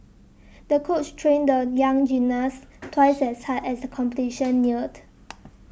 the coach trained the young gymnast twice as hard as the competition neared